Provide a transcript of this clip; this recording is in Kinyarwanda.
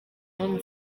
umwami